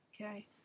Okay